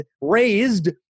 raised